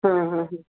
ହଁ ହଁ